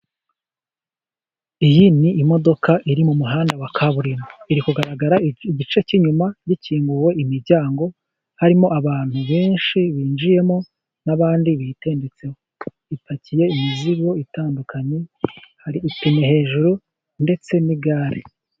Iyi ni imodoka iri mu muhanda wa kaburimbo, iri kugaragara igice cy'inyuma gikinguwe imiryango, harimo abantu benshi binjiyemo n'abandi bitendetseho. Ipakiye imizigo itandukanye hari hejuru ndetse n'igare.